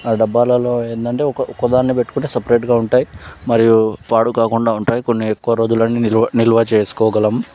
ఆ డబ్బాలలో ఏందంటే ఒక ఒకదాంట్లో పెట్టుకుంటే సెపారేట్గా ఉంటాయి మరియు పాడు కాకుండా ఉంటాయి కొన్ని ఎక్కువ రోజులు నిల్వ నిల్వ చేసుకోగలం